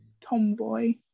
Tomboy